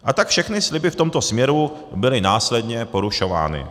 A tak všechny sliby v tomto směru byly následně porušovány.